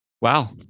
Wow